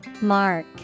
Mark